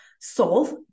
solve